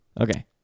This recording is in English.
okay